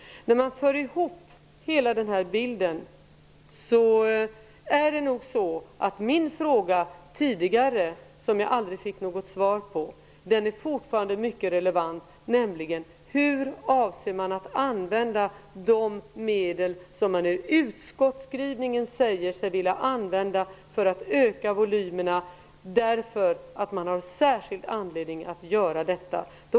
När man för ihop hela denna bild är den fråga jag tidigare ställde, och som jag aldrig fick något svar på, fortfarande mycket relevant. Hur avser man att använda de medel som man enligt utskottsskrivningen säger sig vilja använda för att öka volymerna, eftersom det finns särskild anledning att göra detta?